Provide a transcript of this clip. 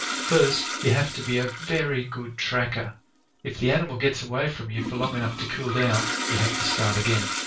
first you have to be a very good tracker if the animal gets away from you for long enough to cool down, you have to start again.